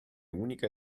unica